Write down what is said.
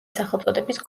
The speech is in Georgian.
სახელწოდების